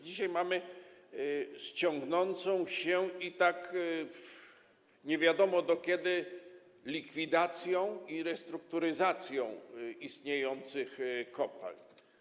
Dzisiaj mamy do czynienia z ciągnącą się i tak nie wiadomo do kiedy likwidacją i restrukturyzacją istniejących kopalń.